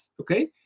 Okay